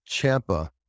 Champa